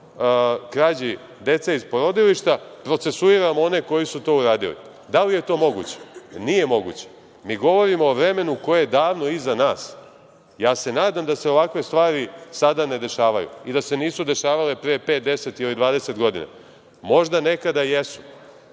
se o krađi dece iz porodilišta, procesuiramo one koji su to uradili. Da li je to moguće? Nije moguće. Mi govorimo o vremenu koje je davno iza nas. Ja se nadam da se ovakve stvari sada ne dešavaju i da se nisu dešavale pre pet, deset ili dvadeset godina. Možda nekada jesu,